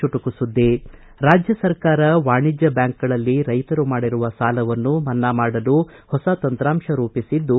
ಚುಟುಕು ಸುದ್ದಿ ರಾಜ್ಯ ಸರ್ಕಾರ ವಾಣಿಜ್ಯ ಬ್ಯಾಂಕ್ಗಳಲ್ಲಿ ರೈತರು ಮಾಡಿರುವ ಸಾಲವನ್ನು ಮನ್ನಾ ಮಾಡಲು ಹೊಸ ತಂತ್ರಾಂಶ ರೂಪಿಸಿದ್ದು